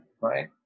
Right